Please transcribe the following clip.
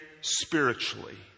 spiritually